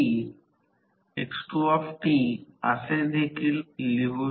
आता आता संपूर्ण दिवसात लोहाच्या नुकसाना मुळे उर्जा कमी होते तर 0